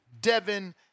Devin